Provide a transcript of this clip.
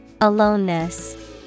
Aloneness